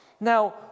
Now